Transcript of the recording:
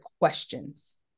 questions